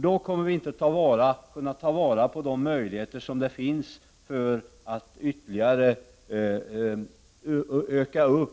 Då kommer vi inte att kunna ta vara på de möjligheter som finns att ytterligare öka